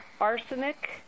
arsenic